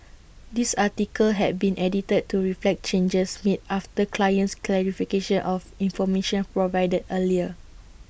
this article had been edited to reflect changes made after client's clarification of information provided earlier